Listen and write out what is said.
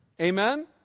Amen